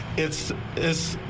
it's this.